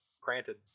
granted